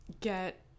get